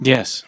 Yes